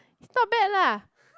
not bad lah